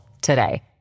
today